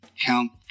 count